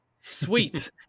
Sweet